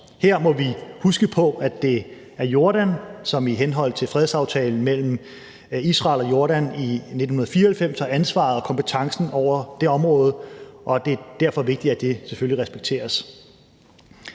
Her må vi huske på, at det er Jordan, som i henhold til fredsaftalen mellem Israel og Jordan i 1994 har ansvaret og kompetencen over det område – og det er derfor vigtigt, at det selvfølgelig respekteres.